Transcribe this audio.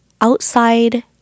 outside